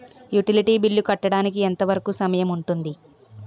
Utility bill కట్టడానికి ఎంత వరుకు సమయం ఉంటుంది?